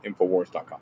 Infowars.com